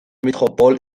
métropole